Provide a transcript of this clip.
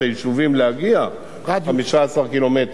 היישובים להגיע לתחנה הוא 15 קילומטר.